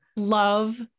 love